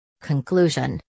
Conclusion